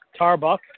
Tarbuck